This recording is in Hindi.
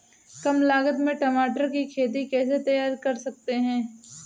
कम लागत में टमाटर की खेती कैसे तैयार कर सकते हैं?